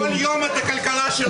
--- כל יום את הכלכלה שלנו.